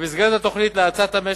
במסגרת התוכנית להאצת המשק,